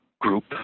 group